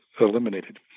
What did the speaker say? eliminated